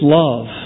love